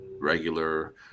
regular